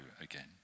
again